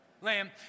lamb